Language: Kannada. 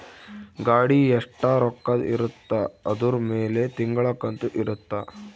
ಗಾಡಿ ಎಸ್ಟ ರೊಕ್ಕದ್ ಇರುತ್ತ ಅದುರ್ ಮೇಲೆ ತಿಂಗಳ ಕಂತು ಇರುತ್ತ